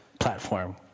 Platform